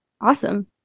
Awesome